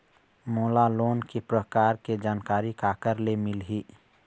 मोला लोन के प्रकार के जानकारी काकर ले मिल ही?